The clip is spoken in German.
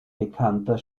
bekannter